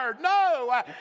No